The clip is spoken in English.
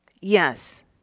yes